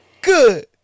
Good